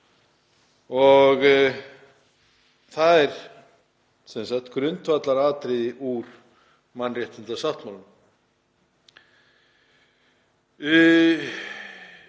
Það er sem sagt grundvallaratriði úr mannréttindasáttmálanum.